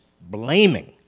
blaming